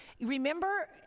remember